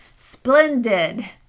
Splendid